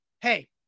hey